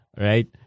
right